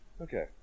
Okay